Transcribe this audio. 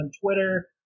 Twitter